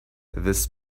this